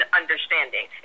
understanding